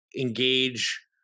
engage